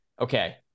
okay